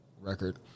record